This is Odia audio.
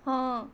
ହଁ